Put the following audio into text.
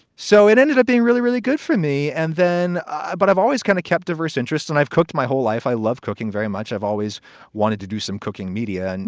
so it ended up being really, really good for me. and then. but i've always kind of kept diverse interests and i've cooked my whole life. i love cooking very much. i've always wanted to do some cooking media. and